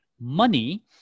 money